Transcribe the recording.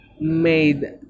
made